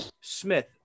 smith